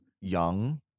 young